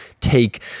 take